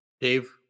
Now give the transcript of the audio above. Dave